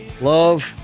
Love